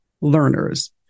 learners